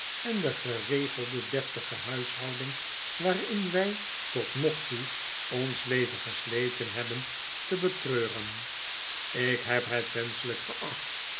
en de gerelgelde deftige huishouding waarin wy tot nog toe ons leven gesleten hebben te betreuren ik heb het wenschelyk geacht